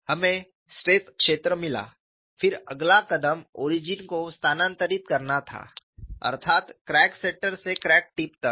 हमें स्ट्रेस क्षेत्र मिला फिर अगला कदम ओरिजिन को स्थानांतरित करना था अर्थात क्रैक सेंटर से क्रैक टिप तक